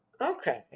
okay